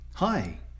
Hi